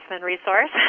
resource